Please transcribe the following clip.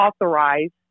authorized